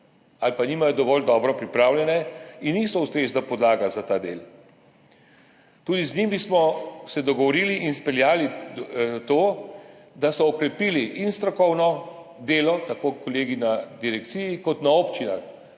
ali pa nimajo dovolj dobro pripravljenih in niso ustrezna podlaga za ta del. Tudi z njimi smo se dogovorili in speljali to, da so okrepili strokovno delo, tako kolegi na direkciji kot na občinah,